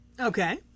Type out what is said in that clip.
Okay